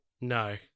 No